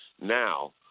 now